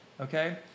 okay